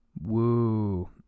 Woo